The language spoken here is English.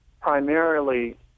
primarily